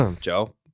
Joe